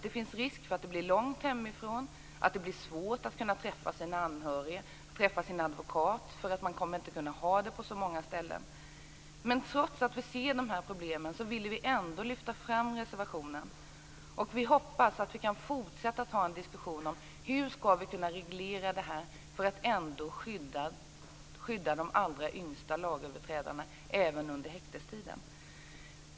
Det finns risk för att de hamnar långt hemifrån och för att de får svårt att träffa sina anhöriga och sina advokater, eftersom man inte kommer att kunna ha sådana häktesavdelningar på så många ställen. Men trots att vi ser dessa problem vill vi lyfta fram reservationen. Vi hoppas att vi kan fortsätta diskussionen om hur vi skall kunna reglera detta och skydda de allra yngsta lagöverträdarna även under häktestiden.